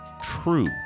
True